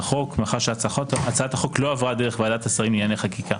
החוק מאחר שהצעת החוק לא עברה דרך ועדת השרים לענייני חקיקה.